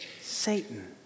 Satan